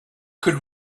could